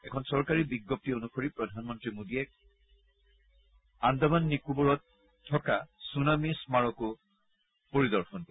এখন চৰকাৰী বিজ্ঞপ্তি অনুসৰি প্ৰধানমন্ত্ৰী মোডীয়ে কাৰ নিকোবৰত থকা ছুনামি স্মাৰকো পৰিদৰ্শন কৰিব